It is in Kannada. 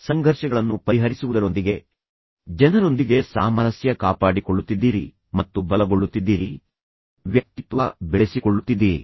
ಮತ್ತು ಅವರ ಸಂಘರ್ಷಗಳನ್ನು ಪರಿಹರಿಸುವುದರೊಂದಿಗೆ ನೀವು ಆ ಜನರೊಂದಿಗೆ ಸಾಮರಸ್ಯದ ಸಂಬಂಧವನ್ನು ಕಾಪಾಡಿಕೊಳ್ಳುತ್ತಿದ್ದೀರಿ ಮತ್ತು ನೀವು ಸಹ ಬಲಗೊಳ್ಳುತ್ತಿದ್ದೀರಿ ಮತ್ತು ನಿಮ್ಮ ವ್ಯಕ್ತಿತ್ವವನ್ನು ಬೆಳೆಸಿಕೊಳ್ಳುತ್ತಿದ್ದೀರಿ